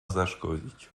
zaszkodzić